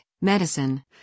medicine